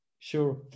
Sure